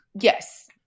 yes